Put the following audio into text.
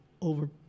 over